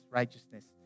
righteousness